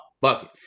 bucket